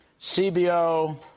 CBO